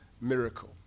miracle